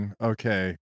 Okay